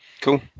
Cool